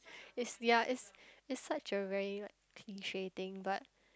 it's ya it's it's such a very like cliche thing but